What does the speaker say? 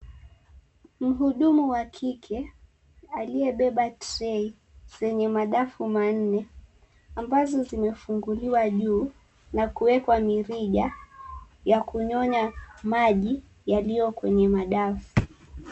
Mhudumu wa kike aliyebeba trey zenye madafu manne, ambazo zimefunguliwa juu na kuwekwa mirija ya kunyonya maji yaliyo kwenye madafu.